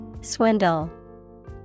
Swindle